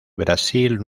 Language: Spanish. brasil